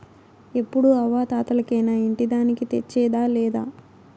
ఎప్పుడూ అవ్వా తాతలకేనా ఇంటి దానికి తెచ్చేదా లేదా